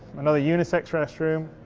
another unisex restroom.